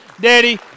daddy